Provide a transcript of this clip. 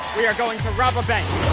we are going to rob a bank.